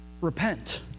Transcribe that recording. repent